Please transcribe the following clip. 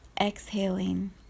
exhaling